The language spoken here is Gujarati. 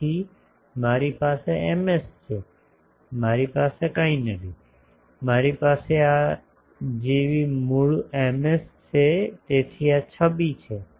તેથી મારી પાસે Ms છે મારી પાસે કંઈ નથી મારી પાસે આ જેવી મૂળ Ms છે તેથી આ છબી છે